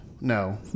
No